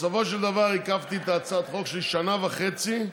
בסופו של דבר עיכבתי את הצעת החוק שלי שנה וחצי,